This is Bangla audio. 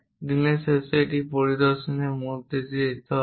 দিনের শেষে এটি পরিদর্শনের মধ্য দিয়ে যেতে হবে